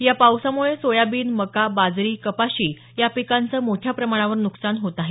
या पावसामुळे सोयाबीन मका बाजरी कपाशी या पिकांचं मोठ्या प्रमाणावर नुकसान होत आहे